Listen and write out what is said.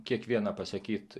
kiekviena pasakyt